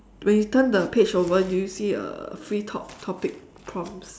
when you turn the page over do you see a free talk topic prompts